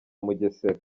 mugesera